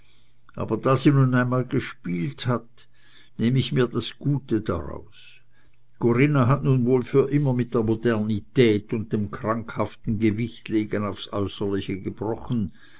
aber da sie nun einmal gespielt hat nehm ich mir das gute daraus corinna hat nun wohl für immer mit der modernität und dem krankhaften gewichtlegen aufs äußerliche gebrochen